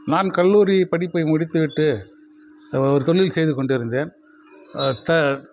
நான் கல்லூரி படிப்பை முடித்து விட்டு ஒரு தொழில் செய்து கொண்டு இருந்தேன் த